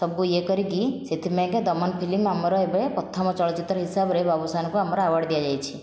ସବୁ ଇଏ କରିକି ସେଥିପାଇଁ କା ଦମନ ଫିଲ୍ମ ଆମର ଏବେ ପ୍ରଥମ ଚଳଚ୍ଚିତ୍ର ହିସାବରେ ବାବୁସାନଙ୍କୁ ଆମର ଆୱାର୍ଡ଼ ଦିଆଯାଇଛି